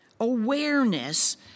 awareness